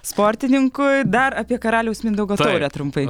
sportininkui dar apie karaliaus mindaugo taurę trumpai